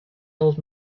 old